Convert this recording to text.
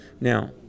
Now